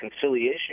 conciliation